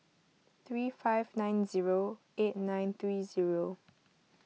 three five nine zero eight nine three zero